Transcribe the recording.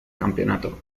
campeonato